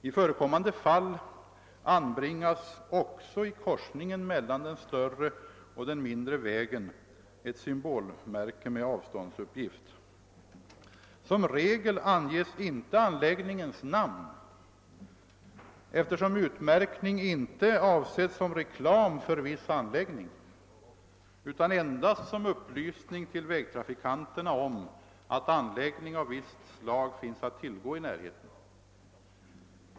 I förekommande fall anbringas också i korsningen mellan den större och den mindre vägen ett symbolmärke med avståndsuppgift. Som regel anges inte an läggningens namn, eftersom en utmärkning inte är avsedd att utgöra reklam för en viss anläggning utan endast en upplysning till vägtrafikanterna om att anläggning av visst slag finns att tillgå i närheten.